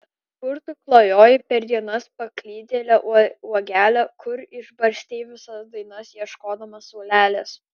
kur tu klajojai per dienas paklydėle uogele kur išbarstei visas dainas ieškodama saulelės